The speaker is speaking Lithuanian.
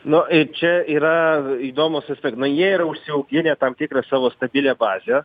nu i čia yra įdomūs aspek nu jie yra užsiauginę tam tikrą savo stabilią bazę